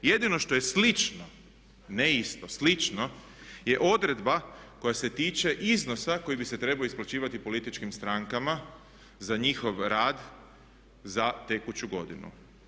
Jedino što je slično, ne isto, slično je odredba koja se tiče iznosa koji bi se trebao isplaćivati političkim strankama za njihov rad za tekuću godinu.